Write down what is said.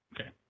Okay